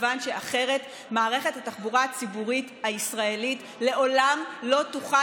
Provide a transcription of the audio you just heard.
מכיוון שאחרת מערכת התחבורה הציבורית הישראלית לעולם לא תוכל